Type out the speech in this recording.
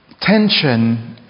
tension